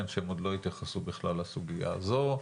שהם עוד לא התייחסו בכלל לסוגיה הזו,